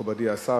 מכובדי השר,